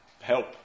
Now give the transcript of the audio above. help